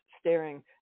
staring